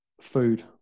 food